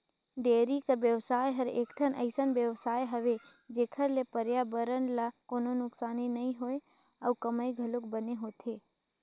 dairy कर बेवसाय हर एकठन अइसन बेवसाय हवे जेखर ले परयाबरन ल कोनों नुकसानी नइ होय अउ कमई घलोक बने होथे